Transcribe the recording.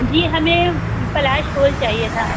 جی ہمیں پلاش پھول چاہیے تھا